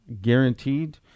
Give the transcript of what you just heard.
guaranteed